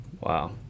Wow